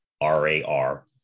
R-A-R